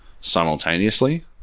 simultaneously